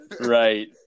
Right